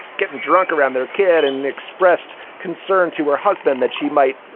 getting drunk around their kid and expressed concern to her husband that she might,